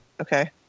okay